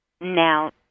Now